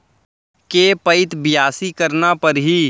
के पइत बियासी करना परहि?